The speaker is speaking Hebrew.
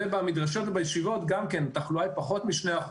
וגם במדרשות ובישיבות התחלואה היא פחות מ-2%.